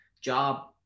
job